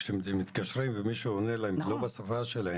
כשמתקשרים ומישהו עונה להם לא בשפה שלהם.